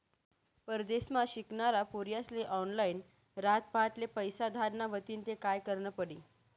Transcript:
परदेसमा शिकनारा पोर्यास्ले ऑनलाईन रातपहाटले पैसा धाडना व्हतीन ते काय करनं पडी